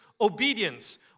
obedience